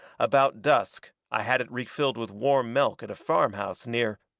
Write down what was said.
about dusk i had it refilled with warm milk at a farmhouse near